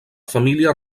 família